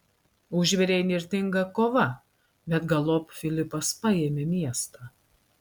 užvirė įnirtinga kova bet galop filipas paėmė miestą